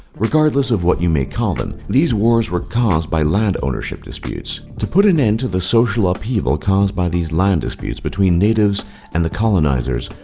regardless of what you may call them, these wars were caused by land ownership disputes. to put an end to the social upheaval caused by these land disputes between natives and the colonizers,